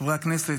חברי הכנסת,